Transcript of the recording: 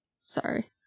Sorry